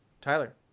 Tyler